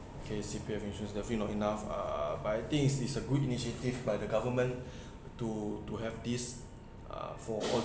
okay C_P_F insurance definitely not enough uh but I think is is a good initiative by the government to to have this uh for all